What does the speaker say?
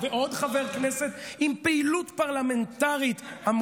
חבר הכנסת גלעד קריב,